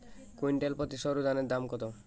Quintal প্রতি সরুধানের দাম কত?